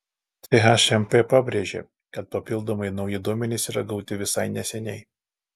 chmp pabrėžė kad papildomai nauji duomenys yra gauti visai neseniai